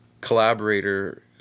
collaborator